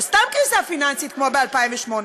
או סתם קריסה פיננסית כמו ב-2008.